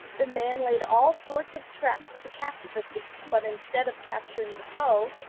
the man laid all sorts of traps to catch the thief, but instead of capturing the foe,